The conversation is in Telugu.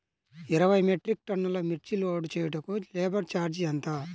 ఇరవై మెట్రిక్ టన్నులు మిర్చి లోడ్ చేయుటకు లేబర్ ఛార్జ్ ఎంత?